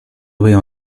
veo